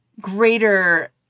greater